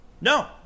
No